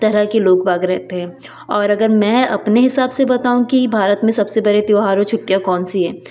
तरह के लोगबाग रहते है और मैं अपने हिसाब से बताऊँ कि भारत में सबसे बड़े त्योहार व छुट्टियाँ कौन सी है